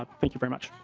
ah thank you very much.